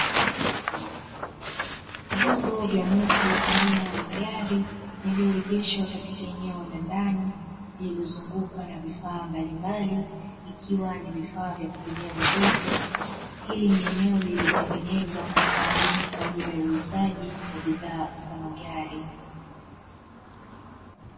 Vyombo vya moto aina ya magari yaliyoegeshwa katika eneo la ndani, lililozungukwa na vifaa mbalimbali, vikiwa ni vifaa vya kupimia uzito. Hili ni eneo lililotengenezwa maalumu, kwaajili ya uuzaji wa bidhaa za magari.